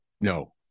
No